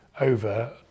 over